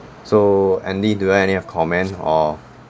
so andy do you have any comments or